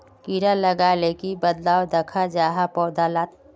कीड़ा लगाले की बदलाव दखा जहा पौधा लात?